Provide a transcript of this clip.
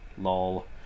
lol